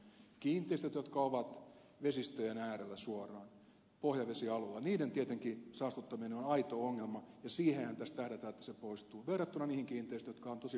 kiinteistöjen jotka ovat vesistöjen äärellä suoraan pohjavesialueella saastuttaminen tietenkin on aito ongelma ja siihenhän tässä tähdätään että se poistuu verrattuna niihin kiinteistöihin jotka ovat tosi kaukana vesistöistä